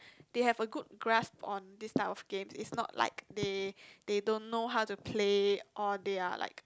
they have a good grasp on this type of games it's not like they they don't know how to play or they are like